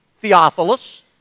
Theophilus